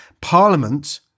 Parliament